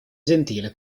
gentile